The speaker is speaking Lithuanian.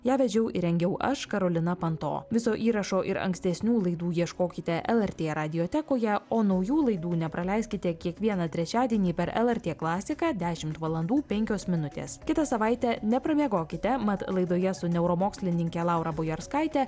ją vedžiau ir rengiau aš karolina panto viso įrašo ir ankstesnių laidų ieškokite lrt radiotekoje o naujų laidų nepraleiskite kiekvieną trečiadienį per lrt klasiką dešimt valandų penkios minutės kitą savaitę nepramiegokite mat laidoje su neuromokslininke laura bojarskaite